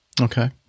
Okay